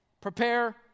Prepare